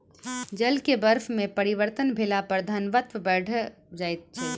जल के बर्फ में परिवर्तन भेला पर घनत्व बैढ़ जाइत छै